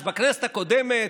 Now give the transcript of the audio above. אז בכנסת הקודמת,